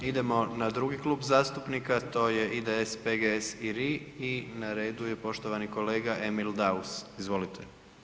Idemo na drugi klub zastupnika to je IDS-a, PGS-a i RI-a i na redu je poštovani kolega Emil Daus, izvolite.